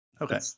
Okay